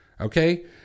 okay